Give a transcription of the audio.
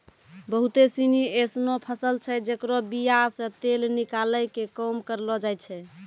बहुते सिनी एसनो फसल छै जेकरो बीया से तेल निकालै के काम करलो जाय छै